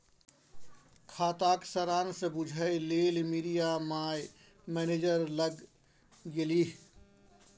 खाताक सारांश बुझय लेल मिरिया माय मैनेजर लग गेलीह